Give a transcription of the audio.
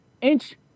inch